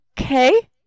Okay